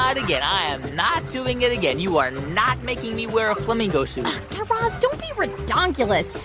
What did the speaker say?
not again. i am not doing it again. you are not making me wear a flamingo suit guy raz, don't be redonkulous.